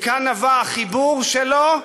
מכאן נבע החיבור שלו,